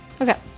Okay